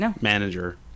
manager